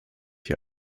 hier